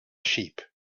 sheep